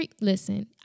Listen